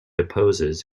opposes